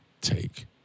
take